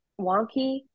wonky